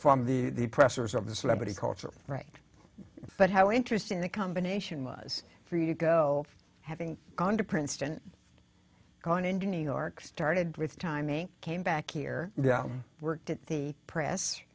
from the pressures of the celebrity culture right but how interesting the combination was for you to go having gone to princeton going into new york started with timing came back here worked at the press